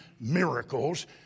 miracles